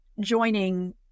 joining